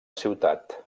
ciutat